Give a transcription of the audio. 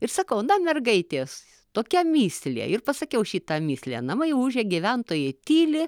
ir sakau na mergaitės tokia mįslė ir pasakiau šitą mįslę namai ūžia gyventojai tyli